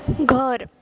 घर